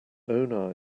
own